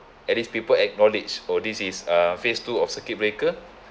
at least people acknowledge oh this is uh phase two of circuit breaker